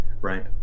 right